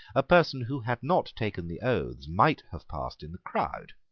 a person who had not taken the oaths might have passed in the crowd.